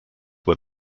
were